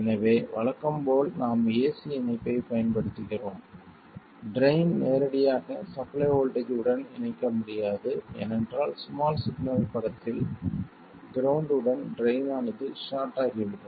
எனவே வழக்கம் போல் நாம் ஏசி இணைப்பைப் பயன்படுத்துகிறோம் ட்ரைன் நேரடியாக சப்ளை வோல்ட்டேஜ் உடன் இணைக்க முடியாது ஏனென்றால் ஸ்மால் சிக்னல் படத்தில் கிரவுண்ட் உடன் ட்ரைன் ஆனது ஷார்ட் ஆகி விடும்